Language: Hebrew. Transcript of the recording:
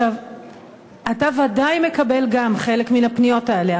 אתה ודאי מקבל גם חלק מהפניות הללו,